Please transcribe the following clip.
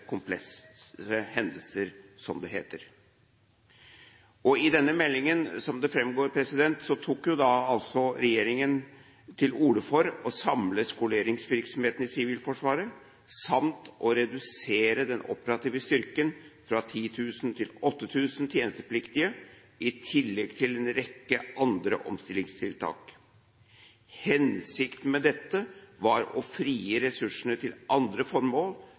komplekse hendelser», som det heter. I denne meldingen, som det framgår, tok altså regjeringen til orde for å samle skoleringsvirksomheten i Sivilforsvaret samt å redusere den operative styrken fra 10 000 til 8 000 tjenestepliktige, i tillegg til en rekke andre omstillingstiltak. Hensikten med dette var å frigi ressursene til andre formål,